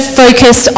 focus